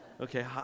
Okay